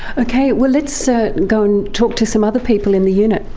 okay, well let's so go and talk to some other people in the unit.